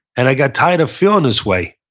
and i got tired of feeling this way.